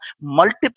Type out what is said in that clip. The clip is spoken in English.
multiple